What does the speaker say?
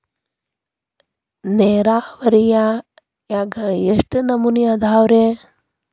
ನೇರಾವರಿಯಾಗ ಎಷ್ಟ ನಮೂನಿ ಅದಾವ್ರೇ?